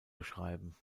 beschreiben